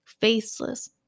faceless